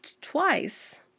twice